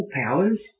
powers